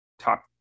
top